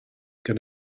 gan